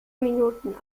minuten